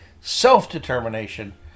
self-determination